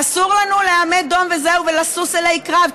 אסור לנו להיעמד דום וזהו, לשוש אלי קרב.